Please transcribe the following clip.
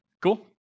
Cool